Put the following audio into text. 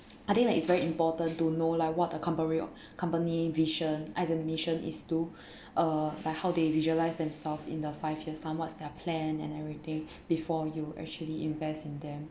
I think like it's very important to know like what a compa~ company vision either mission is to uh like how they visualize themselves in the five years time what's their plan and everything before you actually invest in them